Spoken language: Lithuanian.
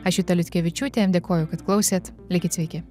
aš juta liutkevičiūtė dėkoju kad klausėt likit sveiki